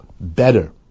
better